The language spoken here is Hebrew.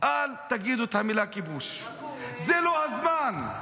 אל תגידו את המילה "כיבוש", זה לא הזמן,